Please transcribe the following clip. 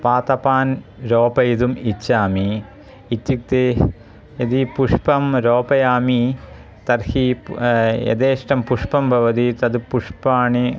पादपान् आरोपयितुम् इच्छामि इत्युक्ते यदि पुष्पं आरोपयामि तर्हि यथेष्टं पुष्पं भवति तत् पुष्पाणि